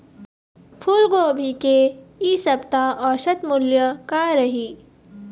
फूलगोभी के इ सप्ता औसत मूल्य का रही?